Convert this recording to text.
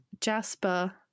jasper